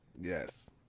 Yes